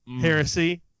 heresy